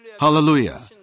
Hallelujah